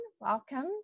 Welcome